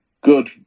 good